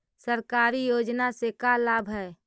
सरकारी योजना से का लाभ है?